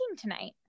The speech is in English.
tonight